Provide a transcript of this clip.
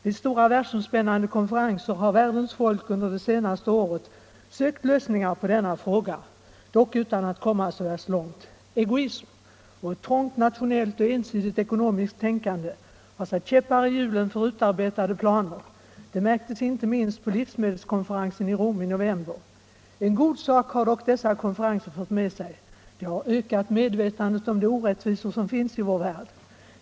Vid stora, världsomspännande konferenser har världens folk under det senaste året sökt lösningar på denna fråga, dock utan att komma så värst långt. Egoism och ett trångt nationellt och ensidigt ekonomiskt tänkande har satt käppar i hjulen för utarbetade planer. Det märktes inte minst på livsmedelskonferensen i Rom i november. En god sak har dock dessa konferenser fört med sig. De har ökat medvetandet om de orättvisor som finns i vår värld.